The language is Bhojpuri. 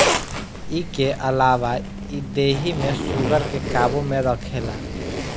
इके अलावा इ देहि में शुगर के काबू में रखेला